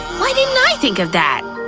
why didn't i think of that?